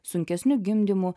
sunkesniu gimdymu